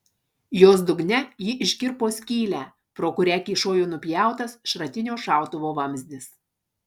jos dugne ji iškirpo skylę pro kurią kyšojo nupjautas šratinio šautuvo vamzdis